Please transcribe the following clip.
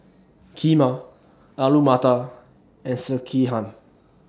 Kheema Alu Matar and Sekihan